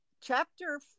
Chapter